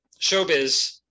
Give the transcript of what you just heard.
showbiz